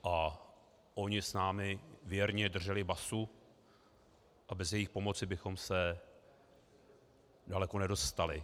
A oni s námi věrně drželi basu a bez jejich pomoci bychom se daleko nedostali.